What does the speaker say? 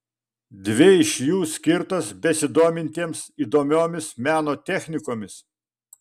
dvi iš jų skirtos besidomintiems įdomiomis meno technikomis